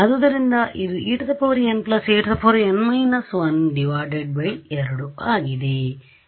ಅದ್ದುದರಿಂದ ಇದು En En−12 ಆಗಿದೆ